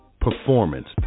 performance